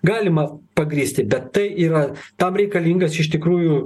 galima pagrįsti bet tai yra tam reikalingas iš tikrųjų